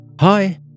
Hi